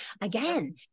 Again